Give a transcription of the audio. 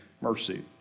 mercy